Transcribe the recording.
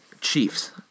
Chiefs